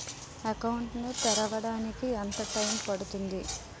Account ను తెరవడానికి ఎంత టైమ్ పడుతుంది?